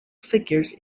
figures